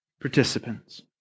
participants